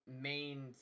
main